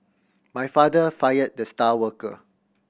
my father fired the star worker